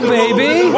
baby